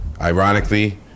ironically